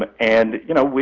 ah and, you know,